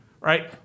Right